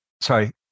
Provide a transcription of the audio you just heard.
sorry